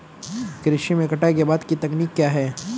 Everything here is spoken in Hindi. कृषि में कटाई के बाद की तकनीक क्या है?